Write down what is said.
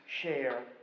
share